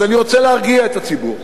אז אני רוצה להרגיע את הציבור: